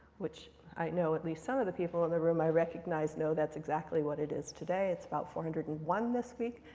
which i know at least some of the people in the room i recognize know that's exactly what it is today. it's about four hundred and one this week,